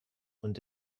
und